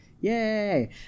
yay